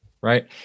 right